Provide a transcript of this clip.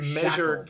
measure